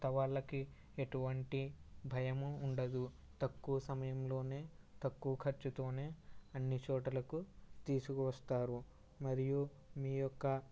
కొత్త వాళ్లకి ఎటువంటి భయము ఉండదు తక్కువ సమయంలోనే తక్కువ ఖర్చుతోనే అన్ని చోటలకు తీసుకు వస్తారు మరియు మీ యొక్క